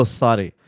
sorry